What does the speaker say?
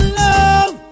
love